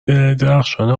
درخشان